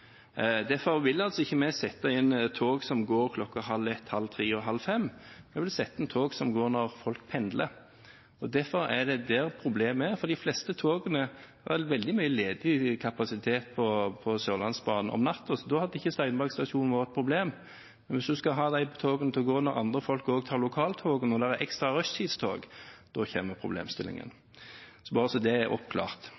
Derfor vil altså ikke vi sette inn tog som går kl. 00.30, kl. 02.30 og kl. 04.30 – vi vil sette inn tog som går når folk pendler. Derfor er det der problemet er. De fleste togene har veldig mye ledig kapasitet på Sørlandsbanen om natten, så da hadde ikke Steinberg stasjon vært et problem. Men hvis en skal ha de togene til å gå når andre folk også tar lokaltogene, når det er ekstra rushtidstog, da